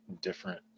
different